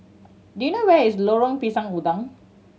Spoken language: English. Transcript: do you know where is Lorong Pisang Udang